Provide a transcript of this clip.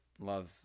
Love